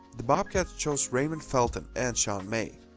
the bobcats chose raymond felton and sean may,